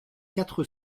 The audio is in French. quatre